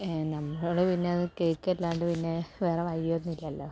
നമ്മള് പിന്നെ അത് കേൾക്കുക അല്ലാണ്ട് പിന്നെ വേറെ വഴിയൊന്നും ഇല്ലല്ലോ